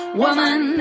Woman